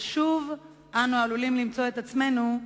ושוב אנו עלולים למצוא את עצמנו,